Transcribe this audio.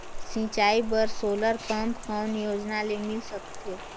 सिंचाई बर solar pump कौन योजना ले मिल सकथे?